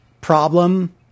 problem